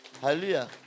Hallelujah